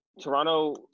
Toronto